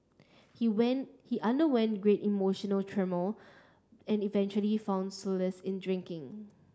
he went he underwent great emotional turmoil and eventually found solace in drinking